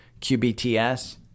QBTS